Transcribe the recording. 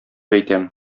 әйтәм